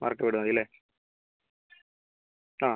വാര്ക്ക വീട് മതി അല്ലേ ആ